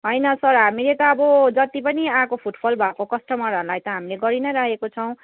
होइन सर हामीले त अब जति पनि आको फुटफल भएको कस्टमरहरूलाई त हामीले गरिनै रहेको छौँ